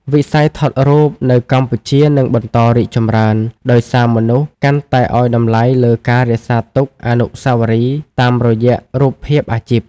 វិស័យថតរូបនៅកម្ពុជានឹងបន្តរីកចម្រើន ដោយសារមនុស្សកាន់តែឱ្យតម្លៃលើការរក្សាទុកអនុស្សាវរីយ៍តាមរយៈរូបភាពអាជីព។